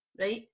right